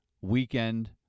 weekend